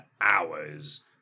hours